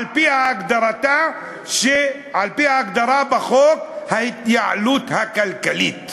על-פי ההגדרה בחוק ההתייעלות הכלכלית.